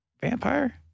vampire